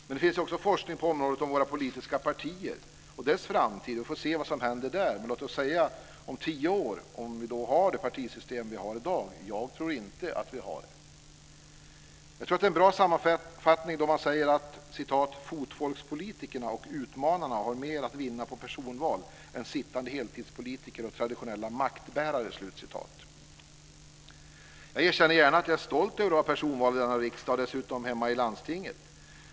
Men det finns också forskning på området om våra politiska partier och deras framtid, och vi får väl se vad som händer där. Men vi får se om vi om tio år har nuvarande partisystem. Jag tror inte att vi har det. Jag tror att det är en bra sammanfattning då man säger: "Fotfolkspolitikerna och utmanarna har mer att vinna på personval än sittande heltidspolitiker och traditionella maktbärare." Jag erkänner gärna att jag är stolt över att vara personvald i denna riksdag, och dessutom hemma i landstinget.